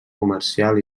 comercial